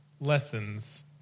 lessons